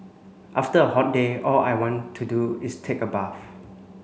after a hot day all I want to do is take a bath